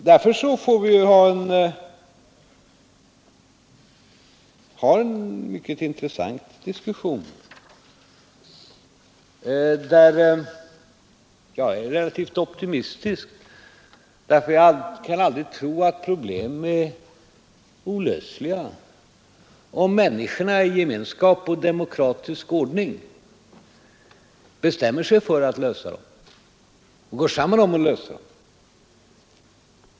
Därför får vi föra en mycket intressant diskussion, där jag är relativt optimistisk, för jag kan aldrig tro att problem är olösliga, om människorna i gemenskap och demokratisk ordning bestämmer sig att lösa dem och gå samman om detta.